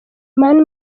mani